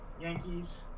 Yankees